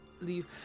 leave